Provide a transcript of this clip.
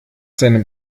seinem